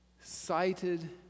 Cited